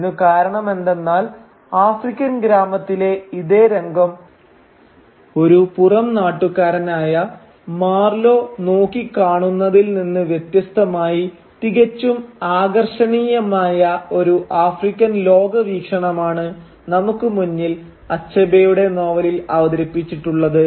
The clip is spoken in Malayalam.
ഇതിനു കാരണമെന്തെന്നാൽ ആഫ്രിക്കൻ ഗ്രാമത്തിലെ ഇതേ രംഗം ഒരു പുറം നാട്ടുകാരനായ മാർലോ നോക്കി കാണുന്നതിൽ നിന്ന് വ്യത്യസ്തമായി തികച്ചും ആകർഷണീയമായ ഒരു ആഫ്രിക്കൻ ലോക വീക്ഷണമാണ് നമുക്ക് മുന്നിൽ അച്ചബേയുടെ നോവലിൽ അവതരിപ്പിച്ചിട്ടുള്ളത്